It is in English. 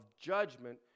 judgment